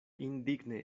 indigne